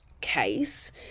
case